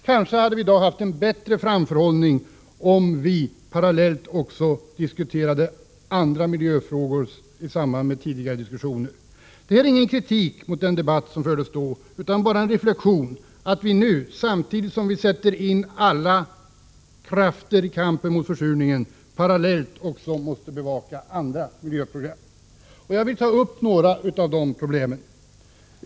Kanske hade vi i dag haft en bättre framförhållning, om vi samtidigt hade diskuterat också andra miljöfrågor. Detta är ingen kritik mot den tidigare debatten utan bara en reflexion att vi nu samtidigt som vi sätter in alla krafter i kampen mot försurningen också måste bevaka andra miljöproblem. Jag vill ta upp några problem härvidlag.